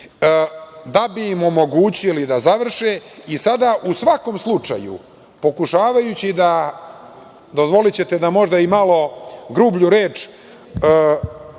da bi im omogućili da završe. I sada, u svakom slučaju, pokušavajući da, dozvolićete da možda i malo grublju reč